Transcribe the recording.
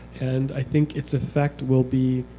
and i think it's effect will be